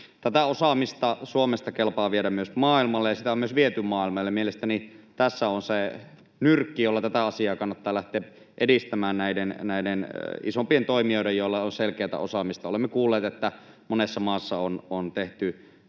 Tätä osaamista Suomesta kelpaa viedä myös maailmalle, ja sitä on myös viety maailmalle. Mielestäni tässä on se nyrkki, jolla näiden isompien toimijoiden, joilla on selkeätä osaamista, tätä asiaa kannattaa